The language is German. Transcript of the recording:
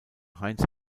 heinz